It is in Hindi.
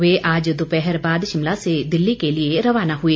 वे आज दोपहर बाद शिमला से दिल्ली के लिए रवाना हुए